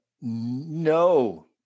no